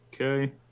Okay